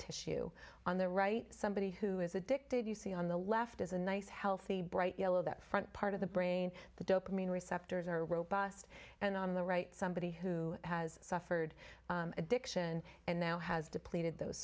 tissue on the right somebody who is addicted you see on the left is a nice healthy bright yellow that front part of the brain the dopamine receptors are robust and on the right somebody who has suffered addiction and now has depleted those